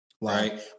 Right